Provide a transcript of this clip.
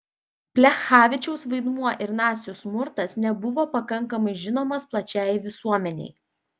plechavičiaus vaidmuo ir nacių smurtas nebuvo pakankamai žinomas plačiajai visuomenei